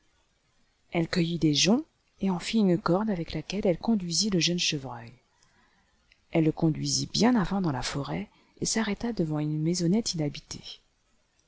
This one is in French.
elle cueillit des joncs et en fit une corde avec laquelle elle conduisait le jeune chevreuil elle le conduisit bien avant dans la forêt et s'arrêta devant une maisonnelle inhabitée